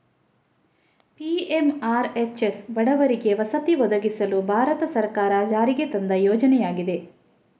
PMRHS ಬಡವರಿಗೆ ವಸತಿ ಒದಗಿಸಲು ಭಾರತ ಸರ್ಕಾರ ಜಾರಿಗೆ ತಂದ ಯೋಜನೆಯಾಗಿದೆ